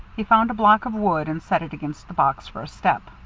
he found a block of wood, and set it against the box for a step.